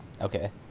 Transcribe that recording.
okay